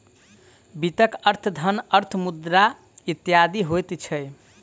वित्तक अर्थ धन, अर्थ, मुद्रा इत्यादि होइत छै